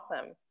awesome